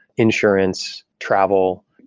insurance, travel,